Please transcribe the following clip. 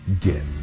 get